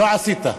לא עשית.